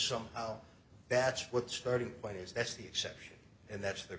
somehow batch what starting point is that's the exception and that's the